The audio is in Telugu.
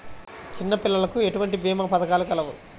చిన్నపిల్లలకు ఎటువంటి భీమా పథకాలు కలవు?